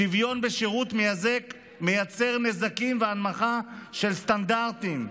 שוויון, מייצר נזקים והנמכה של סטנדרטים".